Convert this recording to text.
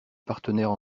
partenaire